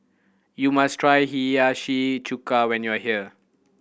you must try Hiyashi Chuka when you are here